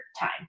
time